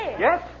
Yes